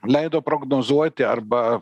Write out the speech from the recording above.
leido prognozuoti arba